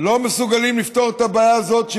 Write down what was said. לא מסוגלים לפתור את הבעיה הזאת,